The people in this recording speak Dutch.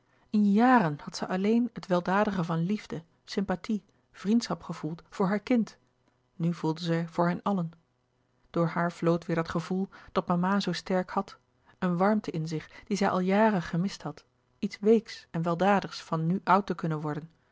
in jàren had zij alleen het weldadige van liefde sympathie vriendschap gevoeld voor haar kind nu voelde zij voor hen allen door haar vloot weêr dat gevoel dat mama zoo sterk had eene warmte in zich die zij als jaren gemist had iets weeks en weldadigs van nu oud te kunnen worden